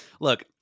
Look